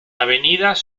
avenidas